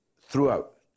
throughout